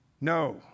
No